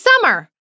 summer